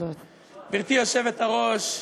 גברתי היושבת-ראש,